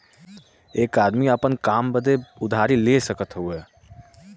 एक आदमी आपन काम बदे उधारी ले सकत हउवे